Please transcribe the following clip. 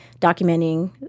documenting